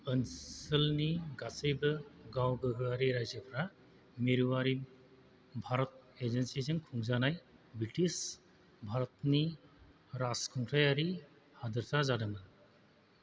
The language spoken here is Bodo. ओनसोलनि गासैबो गाव गोहोआरि राइजोफोरा मिरुआरि भारत एजेन्सिजों खुंजानाय ब्रिटिश भारतनि राजखुंथायारि हादोरसा जादोंमोन